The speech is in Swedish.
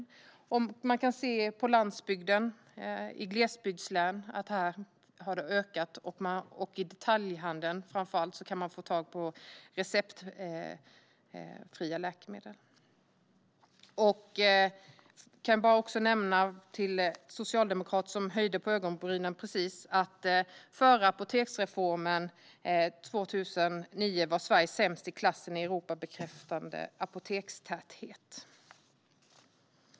Vi ser att det har skett en ökning på landsbygden och i glesbygdslän, och framför allt kan man alltså numera få tag på receptfria läkemedel i detaljhandeln. Till de socialdemokrater som nu höjde på ögonbrynen kan jag nämna att före apoteksreformen 2009 var Sverige sämst i klassen i Europa beträffande apotekstäthet.